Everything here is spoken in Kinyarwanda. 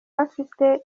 agifite